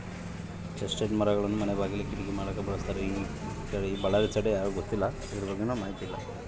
chestnut ಮರಗಳನ್ನ ಮನೆ ಬಾಕಿಲಿ, ಕಿಟಕಿ ಮಾಡಕ ಬಳಸ್ತಾರ ಹಾಗೆಯೇ ಚೀಲ ಮತ್ತೆ ಚಪ್ಪಲಿಗೆ ಬಳಸ್ತಾರ